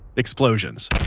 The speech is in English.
explosions.